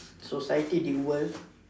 society the world